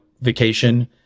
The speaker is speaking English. vacation